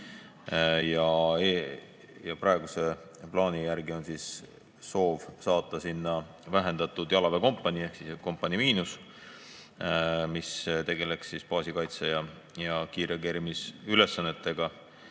Praeguse plaani järgi on soov saata sinna vähendatud jalaväekompanii ehk siis "kompanii miinus", mis tegeleks baasikaitse ja kiirreageerimise ülesannetega,